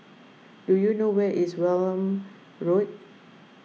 do you know where is Welm Road